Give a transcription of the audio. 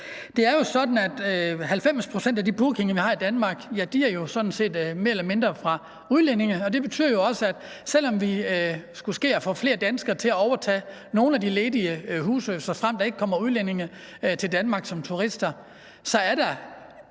pct. af de bookinger, man har i Danmark, jo sådan set mere eller mindre er fra udlændinge, og det betyder jo også, at selv om vi skulle få flere danskere til at overtage nogle af de ledige huse, såfremt der ikke kommer udlændinge til Danmark som turister, så er der